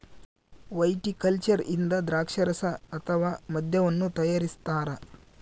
viticulture ಇಂದ ದ್ರಾಕ್ಷಾರಸ ಅಥವಾ ಮದ್ಯವನ್ನು ತಯಾರಿಸ್ತಾರ